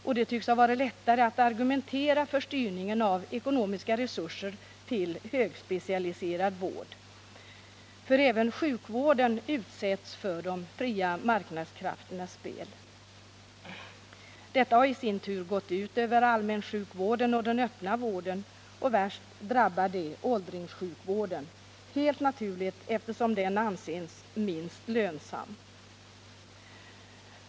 Och det tycks ha varit lättare att argumentera för styrningen av ekonomiska resurser till högspecialiserad vård, för även sjukvården utsätts för de fria marknadskrafternas spel. Detta har i sin tur gått ut över allmänsjukvården och den öppna vården, och värst drabbad är åldringssjukvården, helt naturligt eftersom den anses minst lönsam.